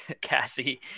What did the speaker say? Cassie